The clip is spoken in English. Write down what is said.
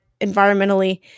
environmentally